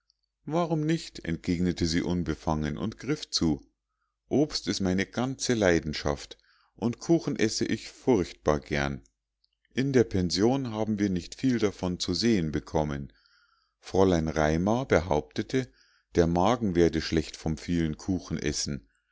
warum nicht entgegnete sie unbefangen und griff zu obst ist meine ganze leidenschaft und kuchen esse ich furchtbar gern in der pension haben wir nicht viel davon zu sehen bekommen fräulein raimar behauptete der magen werde schlecht vom vielen kuchenessen